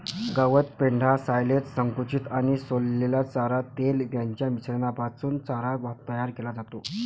गवत, पेंढा, सायलेज, संकुचित आणि सोललेला चारा, तेल यांच्या मिश्रणापासून चारा तयार केला जातो